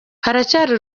haracyari